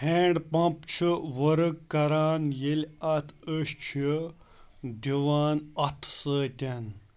hand pump چھُ ؤرٕک کَران ییٚلہِ اَتھ أسۍ چھِ دِوان اَتھٕ سۭتۍ